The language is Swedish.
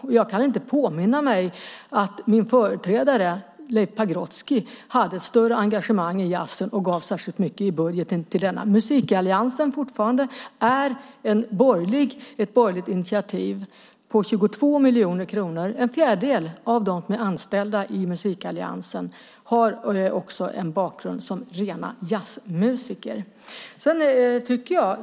Och jag kan inte påminna mig att min företrädare, Leif Pagrotsky, hade ett större engagemang i jazzen och gav särskilt mycket i budgeten till denna. Musikalliansen är, fortfarande, ett borgerligt initiativ på 22 miljoner kronor. En fjärdedel av dem som är anställda i Musikalliansen har också en bakgrund som rena jazzmusiker.